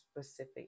specific